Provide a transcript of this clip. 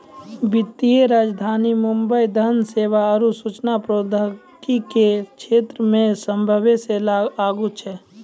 वित्तीय राजधानी मुंबई धन सेवा आरु सूचना प्रौद्योगिकी के क्षेत्रमे सभ्भे से आगू छै